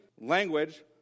language